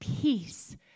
peace